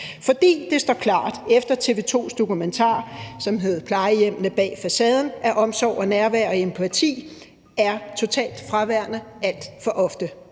for det står klart efter TV 2's dokumentar, som hed »Plejehjemmene bag facaden«, at omsorg, nærvær og empati er totalt fraværende alt for ofte.